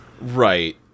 Right